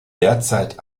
derzeit